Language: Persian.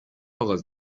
آغاز